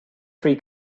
free